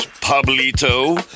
Pablito